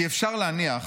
כי אפשר להניח